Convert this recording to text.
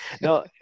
No